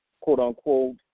quote-unquote